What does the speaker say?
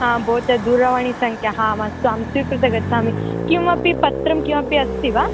हा भवत्याः दूरवाणीसङ्ख्या हा आमस्तु आं स्वीकृत्य गच्छामि किमपि पत्रं किमपि अस्ति वा